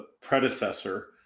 predecessor